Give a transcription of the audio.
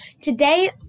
today